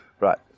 Right